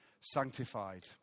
sanctified